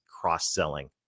cross-selling